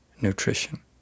nutrition